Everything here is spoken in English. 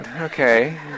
okay